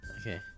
Okay